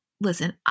listen